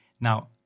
Now